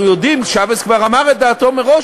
שייבס כבר אמר את דעתו מראש,